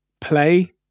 Play